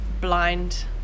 blind